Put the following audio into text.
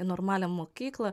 normalią mokyklą